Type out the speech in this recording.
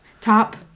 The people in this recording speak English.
Top